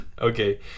Okay